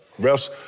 Refs